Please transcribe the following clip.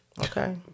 Okay